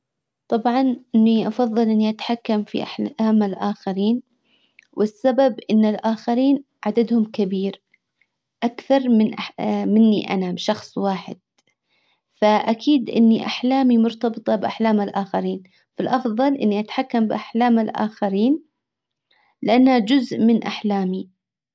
طبعا اني افضل اني اتحكم في احلام الاخرين والسبب ان الاخرين عددهم كبير اكثر من مني انا بشخص واحد فاكيد اني احلامي مرتبطة باحلام الاخرين فالافضل اني اتحكم باحلام الاخرين لانها جزء من احلامي.